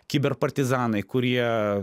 kiberpartizanai kurie